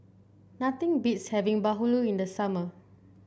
nothing beats having bahulu in the summer